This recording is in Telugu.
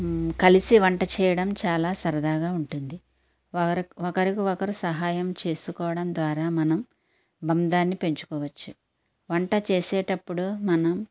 కలిసి వంట చేయడం చాలా సరదాగా ఉంటుంది ఒకరు ఒకరికి ఒకరు సహాయం చేసుకోవడం ద్వారా మనం బంధాన్ని పెంచుకోవచ్చు వంట చేసేటప్పుడు మనం